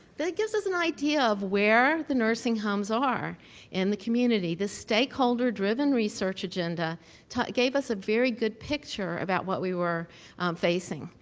that gives us an idea of where the nursing homes are in the community. the stakeholder-driven research agenda gave us a very good picture about what we were facing.